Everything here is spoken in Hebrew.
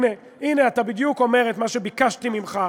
הנה, הנה אתה אומר בדיוק את מה שביקשתי ממך,